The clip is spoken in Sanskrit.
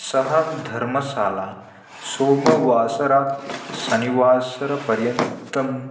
सा धर्मशाला सोमवासरात् शनिवासरपर्यन्तं